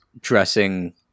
dressing